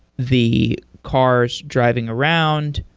the cars driving around,